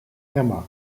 emma